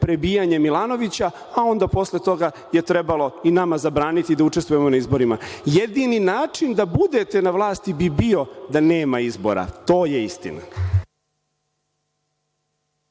prebijanje Milanovića, a onda posle toga je trebalo i nama zabraniti da učestvujemo na izborima. Jedini način da budete na vlasti bi bio da nema izbora. To je istina.